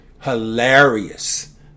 hilarious